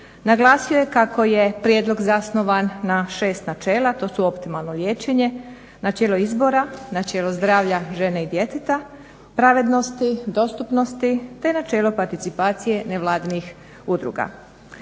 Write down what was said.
naglasio je kako je prijedlog zasnovan na šest načela. To su optimalno liječenje, načelo izbora, načelo zdravlja žene i djeteta, pravednosti, dostupnosti, te načelo participacije nevladinih udruga.